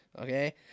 Okay